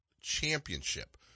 championship